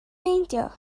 meindio